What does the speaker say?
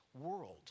world